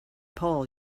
pole